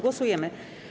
Głosujemy.